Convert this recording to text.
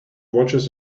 watches